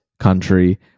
country